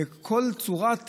וכל צורת